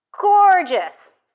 gorgeous